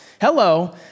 Hello